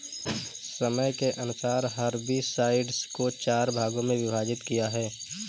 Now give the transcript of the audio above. समय के अनुसार हर्बिसाइड्स को चार भागों मे विभाजित किया है